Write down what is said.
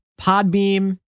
Podbeam